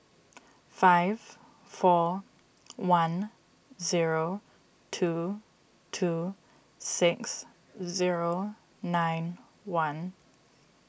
five four one zero two two six zero nine one